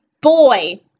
Boy